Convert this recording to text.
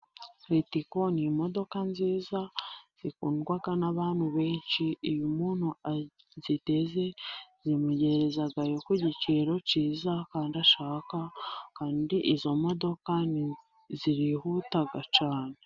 Ritiko ni imodoka nziza, zikundwa n'abantu benshi, iyo umuntu aziteze zimugerezayo ku giciro kiza, kandi ashaka, kandi izo modoka zirihuta cyane.